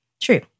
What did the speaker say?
True